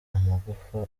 amagufwa